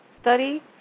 Study